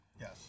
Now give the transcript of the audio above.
Yes